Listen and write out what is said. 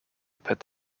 pet